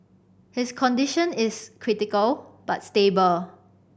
his condition is critical but stable